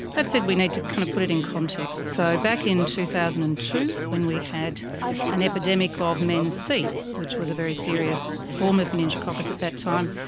that said, we need to kind of put it in context. so back in two thousand and two when we had an epidemic ah of men c, which was a very serious form of meningococcus at that time,